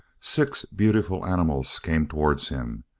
six beautiful animals came towards him.